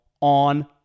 on